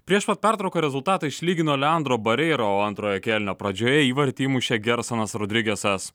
prieš pat pertrauką rezultatą išlygino leandro bareiro o antrojo kėlinio pradžioje įvartį įmušė gersonas rodrigesas